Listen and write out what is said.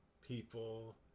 people